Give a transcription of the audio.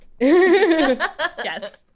Yes